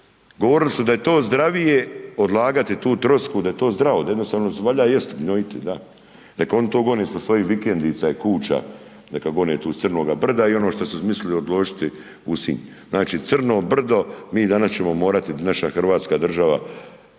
govorili su da je to zdravije odlagati tu trosku, da je to zdravo, jednostavno valjda jesti, gnojiti, da. Nek oni to gnoje sa svojim vikendica i kuća neka gone tu s crnoga brda i ono što su mislili odložiti u Sinj. Znači crno brdo, mi danas ćemo morati naša hrvatska država,